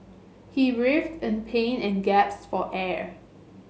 he writhed in pain and gasped for air